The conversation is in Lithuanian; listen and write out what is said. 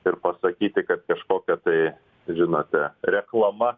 ir pasakyti kad kažkokia tai žinote reklama